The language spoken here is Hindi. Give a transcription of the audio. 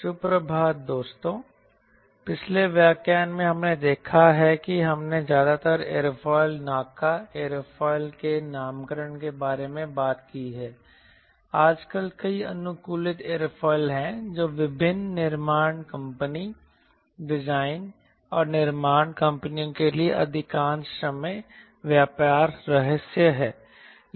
सुप्रभात दोस्तों पिछले व्याख्यान में हमने देखा है कि हमने ज्यादातर एयरोफिल NACA एयरोफिल के नामकरण के बारे में बात की है आजकल कई अनुकूलित एयरोफिल हैं जो विभिन्न निर्माण कंपनी डिजाइन और निर्माण कंपनियों के लिए अधिकांश समय व्यापार रहस्य हैं